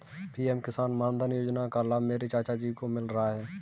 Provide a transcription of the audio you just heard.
PM Kisan Maandhan Yojana का लाभ मेरे चाचा जी को मिल रहा है